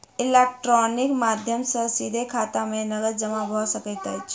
electronical माध्यम सॅ सीधे खाता में नकद जमा भ सकैत अछि